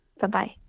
bye-bye